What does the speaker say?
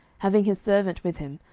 having his servant with him,